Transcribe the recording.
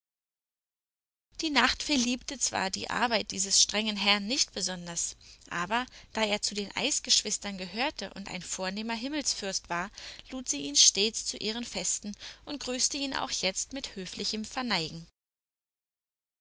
die nachtfee liebte zwar die arbeit dieses strengen herrn nicht besonders aber da er zu den eisgeschwistern gehörte und ein vornehmer himmelsfürst war lud sie ihn stets zu ihren festen und grüßte ihn auch jetzt mit höflichem verneigen